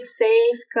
safe